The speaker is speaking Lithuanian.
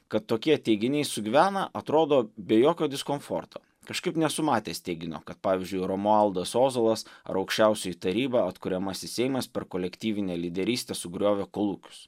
kad tokie teiginiai sugyvena atrodo be jokio diskomforto kažkaip nesu matęs teiginio kad pavyzdžiui romualdas ozolas ar aukščiausioji taryba atkuriamasis seimas per kolektyvinę lyderystę sugriovė kolūkius